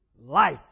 life